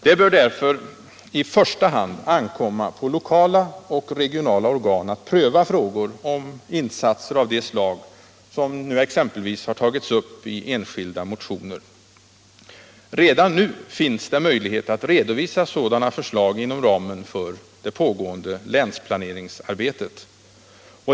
Det bör därför i första hand ankomma på lokala och regionala organ att pröva frågor om insatser av de slag som exempelvis nu har tagits upp i enskilda motioner. Redan nu finns det möjlighet att redovisa sådana förslag inom ramen för länsplaneringsarbetet.